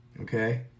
Okay